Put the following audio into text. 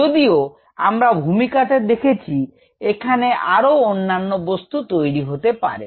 যদিও আমরা ভূমিকাতে দেখেছি এখানে আরো অন্যান্য বস্তু তৈরি হতে পারে